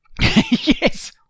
Yes